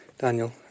Daniel